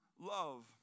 love